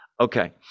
Okay